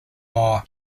more